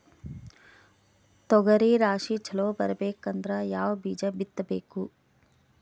ತೊಗರಿ ರಾಶಿ ಚಲೋ ಬರಬೇಕಂದ್ರ ಯಾವ ಬೀಜ ಬಿತ್ತಬೇಕು?